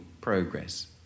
progress